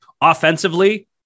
offensively